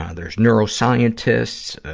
ah there's neuroscientist,